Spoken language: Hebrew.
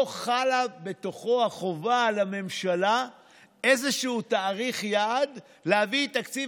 לא חלה בתוכו החובה על הממשלה באיזשהו תאריך יעד להביא את תקציב